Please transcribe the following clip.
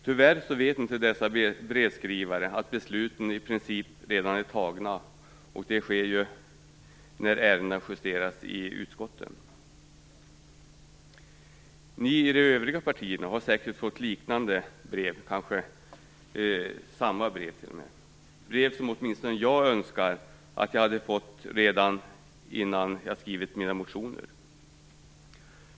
Tyvärr vet inte dessa brevskrivare att besluten i princip redan är fattade i och med att ärendena justeras i utskotten. De övriga partierna har säkert fått liknande brev, kanske samma brev t.o.m. Det är brev som åtminstone jag önskar att jag hade fått redan innan jag skrev mina motioner.